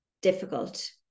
difficult